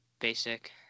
basic